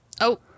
Oh-